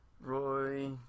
roy